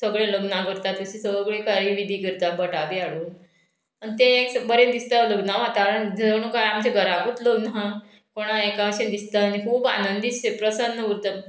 सगळें लग्नां करता तशी सगळे कार्य विधी करता भटा बी हाडून आनी तें एक बरें दिसता लग्नां वातावरण जणू काय आमच्या घराकूत लग्न हा कोणाक अशें दिसता आनी खूब आनंदी प्रसन्न उरता